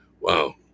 Wow